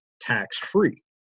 tax-free